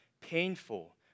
painful